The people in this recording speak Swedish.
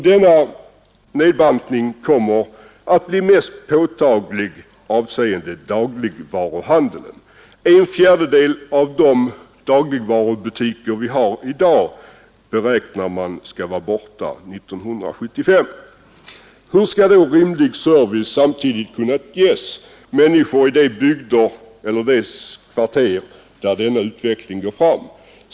Denna nedbantning kommer att bli mest påtaglig avseende dagligvaruhandeln. En fjärdedel av de dagligvarubutiker vi har i dag beräknar man skall vara borta 1975. Hur skall då rimlig service kunna ges människor i de bygder eller de kvarter där denna utveckling går fram?